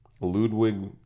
Ludwig